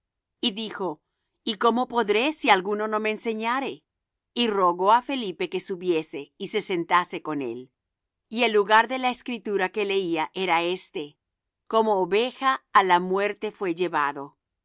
y dijo y cómo podré si alguno no me enseñare y rogó á felipe que subiese y se sentase con él y el lugar de la escritura que leía era éste como oveja á la muerte fué llevado